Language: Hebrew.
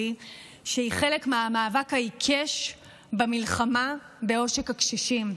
שהיא חלק מהמאבק העיקש במלחמה בעושק הקשישים.